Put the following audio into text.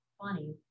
funny